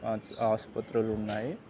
ఆసు ఆసుపత్రులు ఉన్నాయి